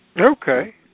Okay